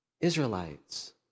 Israelites